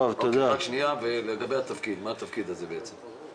לגבי התפקיד, מה התפקיד הזה בעצם?